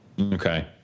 Okay